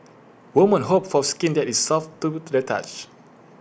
women hope for skin that is soft to touch